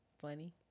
Funny